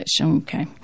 Okay